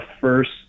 first